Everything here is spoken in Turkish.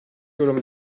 yorum